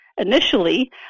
initially